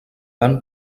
van